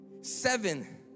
seven